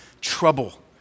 trouble